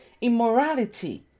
immorality